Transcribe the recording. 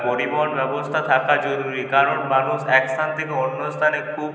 পরিবহন ব্যবস্থা থাকা জরুরি কারণ মানুষ এক স্থান থেকে অন্য স্থানে খুব